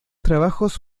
trabajos